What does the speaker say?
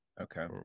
okay